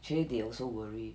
actually also worry